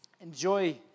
enjoy